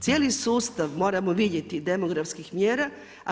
Cijeli sustav moramo vidjeti demografskih mjera.